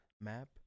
map